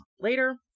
later